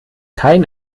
kein